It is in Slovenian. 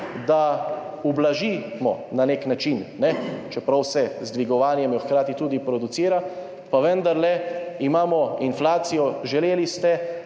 da ublažimo na nek način, čeprav se jo z dvigovanjem hkrati tudi producira, pa vendarle, imamo inflacijo. Želeli ste,